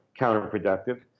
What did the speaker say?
counterproductive